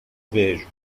vejo